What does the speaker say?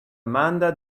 amanda